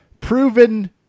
proven